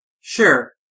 Sure